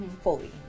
fully